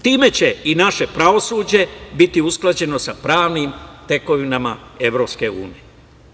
Time će i naše pravosuđe biti usklađeno sa pravnim tekovinama Evropske unije.